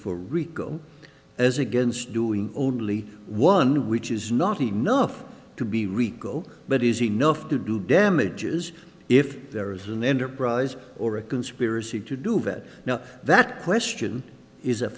for rico as against doing only one which is not enough to be rico but is enough to do damages if there is an enterprise or a conspiracy to do that now that question is a